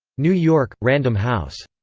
new york random house.